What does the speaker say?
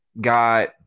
got –